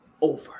over